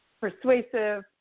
persuasive